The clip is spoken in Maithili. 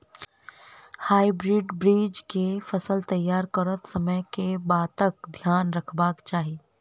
हाइब्रिड बीज केँ फसल तैयार करैत समय कऽ बातक ध्यान रखबाक चाहि?